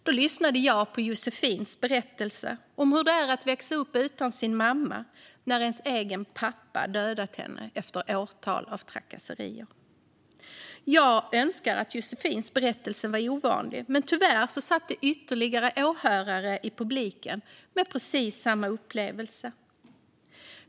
Då lyssnade jag på Josefinas berättelse om hur det är att växa upp utan sin mamma när ens egen pappa har dödat henne efter åratal av trakasserier. Jag önskar att Josefinas berättelse var ovanlig, men tyvärr satt det ytterligare åhörare i publiken med precis samma upplevelse.